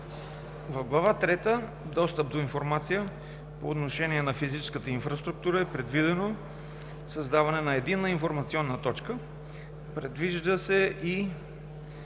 В „Глава трета – Достъп до информация по отношение на физическата инфраструктура“ е предвидено създаване на Единна информационна точка. Предвижда се